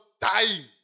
dying